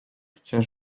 gdzie